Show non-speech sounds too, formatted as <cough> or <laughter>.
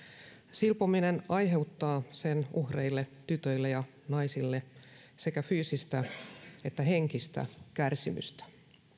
silpominen aiheuttaa sen uhreille tytöille ja naisille sekä fyysistä <unintelligible> että henkistä kärsimystä